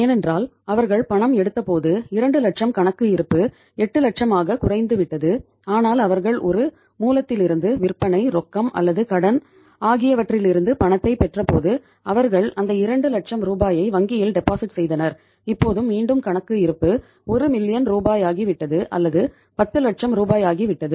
ஏனென்றால் அவர்கள் பணம் எடுத்தபோது 2 லட்சம் கணக்கு இருப்பு 8 லட்சமாகக் குறைந்துவிட்டது ஆனால் அவர்கள் ஒரு மூலத்திலிருந்து விற்பனை ரொக்கம் அல்லது கடன் ஆகியவற்றிலிருந்து பணத்தைப் பெற்றபோது அவர்கள் அந்த 2 லட்சம் ரூபாயை வங்கியில் டெபாசிட் ரூபாயாகிவிட்டது அல்லது 10 லட்சம் ரூபாய்யாகிவிட்டது